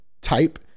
type